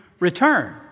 Return